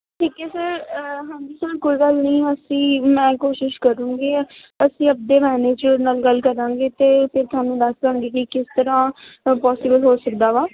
ਠੀਕ ਹੈ ਸਰ ਹਾਂਜੀ ਸਰ ਕੋਈ ਗੱਲ ਨਹੀਂ ਅਸੀਂ ਮੈਂ ਕੋਸ਼ਿਸ਼ ਕਰੂੰਗੀ ਅਸੀਂ ਆਪਦੇ ਮੈਨੇਜਰ ਨਾਲ ਗੱਲ ਕਰਾਂਗੇ ਅਤੇ ਫਿਰ ਤੁਹਾਨੂੰ ਦੱਸ ਦਿਆਂਗੇ ਕਿ ਕਿਸ ਤਰ੍ਹਾਂ ਪੋਸੀਬਲ ਹੋ ਸਕਦਾ ਹੈ